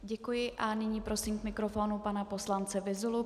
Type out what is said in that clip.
Děkuji a nyní prosím k mikrofonu pana poslance Vyzulu.